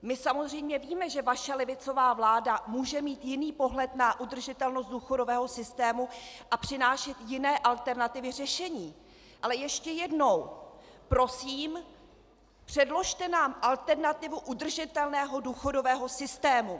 My samozřejmě víme, že vaše levicová vláda může mít jiný pohled na udržitelnost důchodového systému a přinášet jiné alternativy řešení, ale ještě jednou prosím, předložte nám alternativu udržitelného důchodového systému.